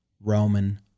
Roman